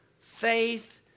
faith